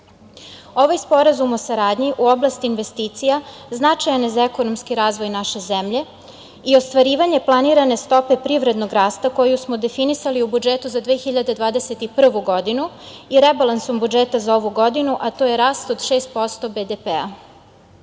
Sporazum o saradnji u oblasti investicija značajan je za ekonomski razvoj naše zemlje i ostvarivanje planirane stope privrednog rasta koju smo definisali u budžetu za 2021. godinu i rebalansom budžeta za ovu godinu, a to je rast od 6% BDP-a.